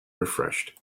refreshed